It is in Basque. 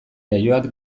jaioak